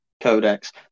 Codex